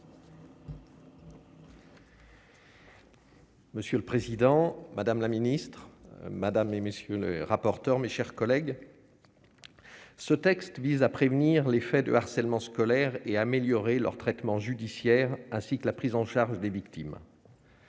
Monsieur le président, madame la ministre, Madame et messieurs les rapporteurs, mes chers collègues, ce texte vise à prévenir les faits de harcèlement scolaire et améliorer leur traitement judiciaire ainsi que la prise en charge des victimes.